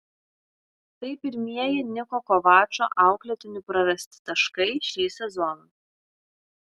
tai pirmieji niko kovačo auklėtinių prarasti taškai šį sezoną